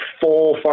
full